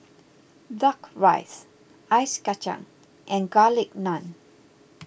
Duck Rice Ice Kachang and Garlic Naan